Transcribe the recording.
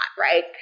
Right